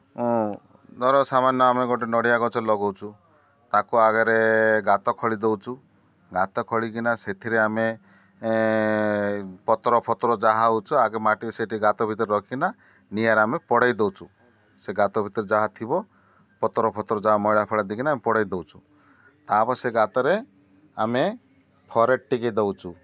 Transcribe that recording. ଧର ସାମାନ୍ୟ ଆମେ ଗୋଟେ ନଡ଼ିଆ ଗଛ ଲଗୋଉଛୁ ତାକୁ ଆଗରେ ଗାତ ଖୋଳି ଦେଉଛୁ ଗାତ ଖୋଳିକିନା ସେଥିରେ ଆମେ ପତର ଫତର ଯାହା ହେଉଛୁ ଆଗେ ମାଟି ସେଠି ଗାତ ଭିତରେ ରଖିକିନା ନିଆଁରେ ଆମେ ପୋଡ଼େଇ ଦେଉଛୁ ସେ ଗାତ ଭିତରେ ଯାହା ଥିବ ପତର ଫତର ଯାହା ମଇଳା ଫଳା ଦେଇକିନା ଆମେ ପୋଡ଼େଇ ଦେଉଛୁ ତାପରେ ସେ ଗାତରେ ଆମେ ଫରେଟ ଟିକେ ଦେଉଛୁ